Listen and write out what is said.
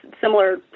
similar